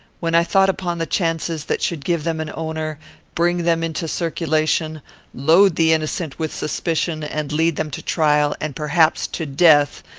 when i thought upon the chances that should give them an owner bring them into circulation load the innocent with suspicion and lead them to trial, and, perhaps, to death,